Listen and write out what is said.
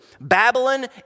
Babylon